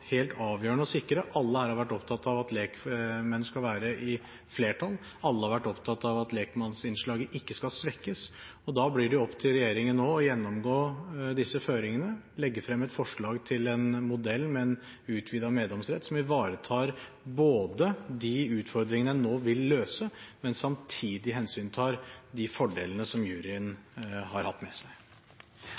helt avgjørende å sikre. Alle her har vært opptatt av at lekmenn skal være i flertall. Alle har vært opptatt av at lekmannsinnslaget ikke skal svekkes. Da blir det opp til regjeringen å gjennomgå disse føringene, legge frem et forslag til en modell med en utvidet meddomsrett som ivaretar de utfordringene en nå vil løse, og samtidig hensyntar de fordelene som juryen har hatt ved seg.